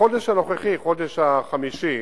החודש הנוכחי, החודש החמישי,